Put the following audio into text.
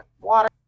water